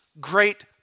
great